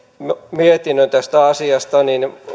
mietinnön tästä asiasta